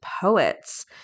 poets